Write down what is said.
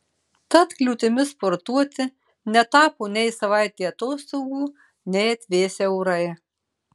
tad kliūtimi sportuoti netapo nei savaitė atostogų nei atvėsę orai